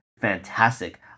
fantastic